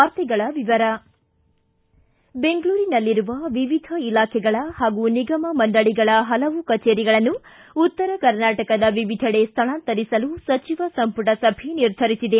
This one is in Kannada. ವಾರ್ತೆಗಳ ವಿವರ ಬೆಂಗಳೂರಿನಲ್ಲಿರುವ ವಿವಿಧ ಇಲಾಖೆಗಳ ಹಾಗೂ ನಿಗಮ ಮಂಡಳಗಳ ಹಲವು ಕಚೇರಿಗಳನ್ನು ಉತ್ತರ ಕರ್ನಾಟಕದ ವಿವಿಧೆಡೆ ಸ್ಥಳಾಂತರಿಸಲು ಸಚಿವ ಸಂಪುಟ ಸಭೆ ನಿರ್ಧರಿಸಿದೆ